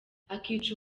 akica